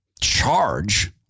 charge